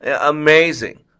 Amazing